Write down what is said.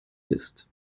ist